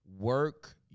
work